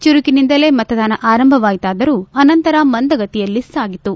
ಚುರುಕಿನಿಂದಲೇ ಮತದಾನ ಆರಂಭವಾಯಿತಾದರೂ ಅನಂತರ ಮಂದಗತಿಯಲಿ ಸಾಗಿತು